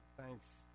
Thanks